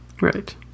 Right